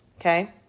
Okay